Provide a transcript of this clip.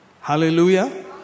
Hallelujah